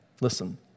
Listen